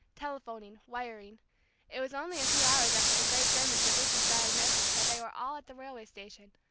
telephoning, wiring it was only a few hours after the great german physician's diagnosis that they were all at the railway station,